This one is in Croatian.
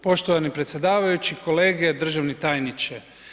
Poštovani predsjedavajući, kolege, državni tajniče.